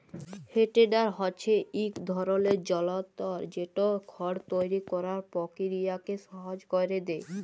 হে টেডার হছে ইক ধরলের যল্তর যেট খড় তৈরি ক্যরার পকিরিয়াকে সহজ ক্যইরে দেঁই